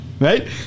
right